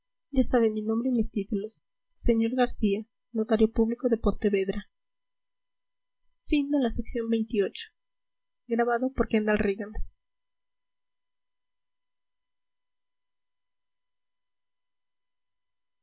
ya sabe mi nombre y mis títulos señor garcía notario público de pontevedra